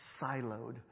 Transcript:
siloed